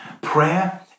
prayer